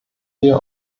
wir